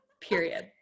Period